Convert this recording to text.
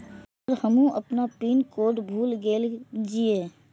Sir हमू अपना pin code भूल गेल जीये?